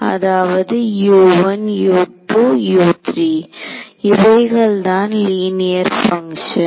அதாவது U1 U2 U3 இவைகள் தான் லீனியர் பங்க்ஷன்